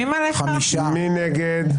מי נגד?